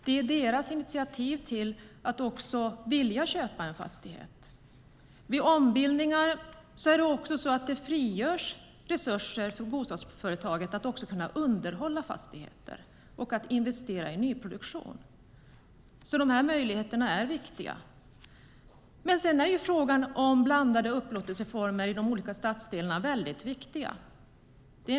Det är deras initiativ att vilja köpa en fastighet. Vid ombildningar frigörs resurser för bostadsföretaget att underhålla fastigheter och att investera i nyproduktion. Möjligheterna är viktiga. Frågan om blandade upplåtelseformer i de olika stadsdelarna är viktig.